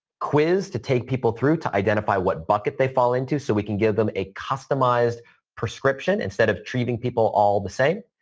quiz to take people through to identify what bucket they fall into so we can give them a customized prescription instead of treating people all the same.